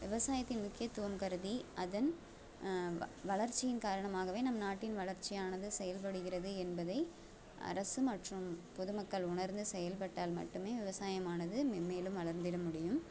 விவசாயத்தின் முக்கியத்துவம் கருதி அதன் வ வளர்ச்சியின் காரணமாகவே நம் நாட்டின் வளர்ச்சியானது செயல்படுகிறது என்பதை அரசு மற்றும் பொதுமக்கள் உணர்ந்து செயல்பட்டால் மட்டுமே விவசாயமானது மென்மேலும் வளர்ந்திட முடியும்